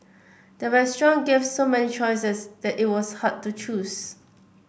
the restaurant gave so many choices that it was hard to choose